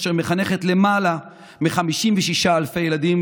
אשר מחנכת למעלה מ-56,000 ילדים